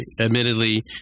admittedly